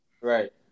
Right